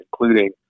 including